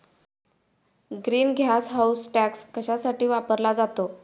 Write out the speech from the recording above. Green gas house tax कशासाठी वापरला जातो?